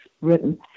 written